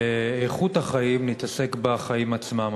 באיכות החיים נתעסק בחיים עצמם.